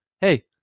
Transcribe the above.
hey